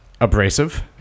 abrasive